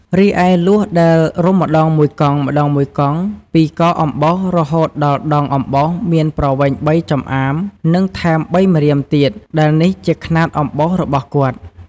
រីឯ លួសដែលរុំម្តងមួយកង់ៗពី កអំបោសរហូតដល់ដងអំបោសមានប្រវែង៣ចំអាមនិងថែម៣ ម្រៀម ទៀត ដែលនេះជាខ្នាតអំបោសរបស់គាត់។